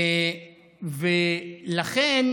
ולכן,